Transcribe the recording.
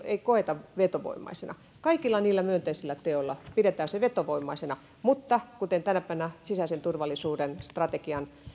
ei koeta vetovoimaisena kaikilla niillä myönteisillä teoilla pidetään se vetovoimaisena mutta kuten tänä päivänä sisäisen turvallisuuden strategian